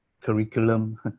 curriculum